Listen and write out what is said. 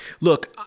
look